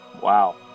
Wow